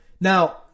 Now